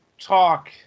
talk